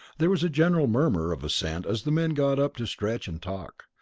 there was a general murmur of assent as the men got up to stretch and talk.